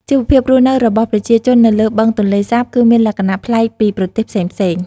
ជីវភាពរស់នៅរបស់ប្រជាជននៅលើបឹងទន្លេសាបគឺមានលក្ខណៈផ្លែកពីប្រទេសផ្សេង។